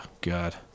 god